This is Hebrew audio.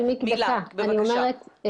אני אומרת,